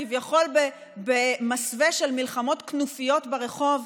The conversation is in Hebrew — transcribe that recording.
כביכול במסווה של מלחמות כנופיות ברחוב,